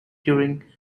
during